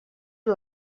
tot